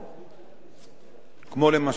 כמו למשל חופש הביטוי.